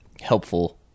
helpful